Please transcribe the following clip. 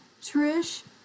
Trish